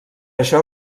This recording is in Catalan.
això